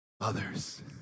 others